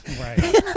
Right